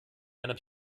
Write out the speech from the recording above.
einer